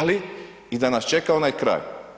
ali i da nas čeka onaj kraj.